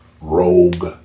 rogue